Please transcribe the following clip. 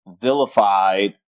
vilified